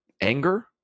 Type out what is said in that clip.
anger